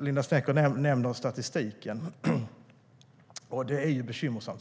Linda Snecker nämnde statistiken, och den är bekymmersam.